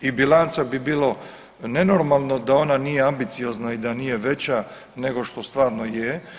I bilanca bi bilo nenormalno da ona nije ambiciozna i da nije veća nego što stvarno je.